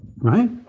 Right